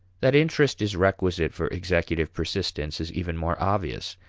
that interest is requisite for executive persistence is even more obvious.